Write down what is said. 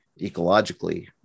ecologically